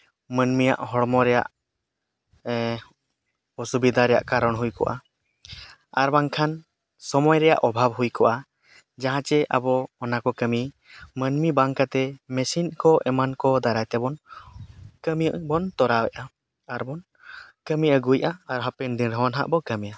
ᱢᱟᱹᱱᱢᱤᱭᱟᱜ ᱦᱚᱲᱢᱚ ᱨᱮᱭᱟᱜ ᱚᱥᱩᱵᱤᱫᱷᱟ ᱨᱮᱭᱟᱜ ᱠᱟᱨᱚᱱ ᱦᱩᱭ ᱠᱚᱜᱼᱟ ᱟᱨ ᱵᱟᱝᱠᱷᱟᱱ ᱥᱚᱢᱚᱭ ᱨᱮᱭᱟᱜ ᱚᱵᱷᱟᱵᱽ ᱦᱩᱭ ᱠᱚᱜᱼᱟ ᱡᱟᱦᱟᱸ ᱪᱮ ᱟᱵᱚ ᱚᱱᱟ ᱠᱚ ᱠᱟᱹᱢᱤ ᱢᱟᱹᱱᱢᱤ ᱵᱟᱝ ᱠᱟᱛᱮᱫ ᱢᱮᱥᱤᱱ ᱠᱚ ᱮᱢᱟᱱ ᱠᱚ ᱫᱟᱨᱟᱭ ᱛᱮᱵᱚᱱ ᱠᱟᱹᱢᱤᱵᱚᱱ ᱛᱚᱨᱟᱣᱮᱫᱟ ᱟᱨᱵᱚᱱ ᱠᱟᱹᱢᱤ ᱟᱹᱜᱩᱭᱮᱫᱼᱟ ᱟᱨ ᱦᱟᱯᱮᱱ ᱫᱤᱱ ᱨᱮᱦᱚᱸ ᱱᱟᱦᱟᱜ ᱵᱚᱱ ᱠᱟᱹᱢᱤᱭᱟ